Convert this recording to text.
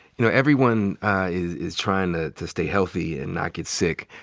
you know, everyone is is trying to to stay healthy and not get sick.